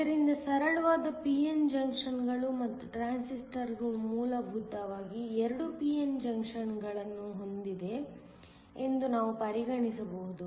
ಆದ್ದರಿಂದ ಸರಳವಾದ p n ಜಂಕ್ಷನ್ಗಳು ಮತ್ತು ಟ್ರಾನ್ಸಿಸ್ಟರ್ಗಳು ಮೂಲಭೂತವಾಗಿ 2 p n ಜಂಕ್ಷನ್ಗಳನ್ನು ಹೊಂದಿದೆ ಎಂದು ನಾವು ಪರಿಗಣಿಸಬಹುದು